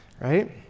right